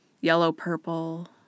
Yellow-purple